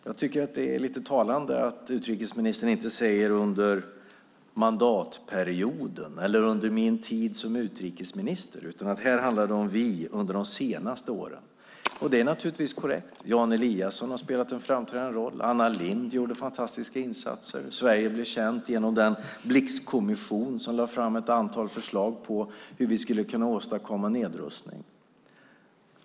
Jag tycker att det är lite talande att utrikesministern inte säger under mandatperioden eller under min tid som utrikesminister. Här handlar det om "vi" under de senaste åren. Det är naturligtvis korrekt. Jan Eliasson har spelat en framträdande roll. Anna Lindh gjorde fantastiska insatser. Sverige blev känt genom den Blixkommission som lade fram ett antal förslag på hur vi skulle kunna åstadkomma nedrustning.